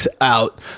out